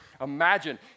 imagine